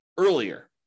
earlier